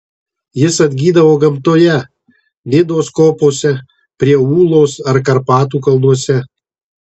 jis atgydavo gamtoje nidos kopose prie ūlos ar karpatų kalnuose